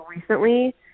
recently